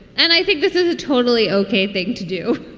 and i think this is totally ok thing to do